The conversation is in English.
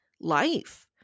life